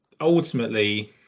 ultimately